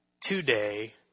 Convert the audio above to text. today